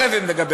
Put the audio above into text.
אחרי זה נדבר,